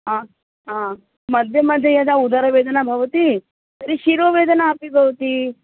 हा हा मध्ये मध्ये यदा उदरवेदना भवति तर्हि शिरोवेदना अपि भवति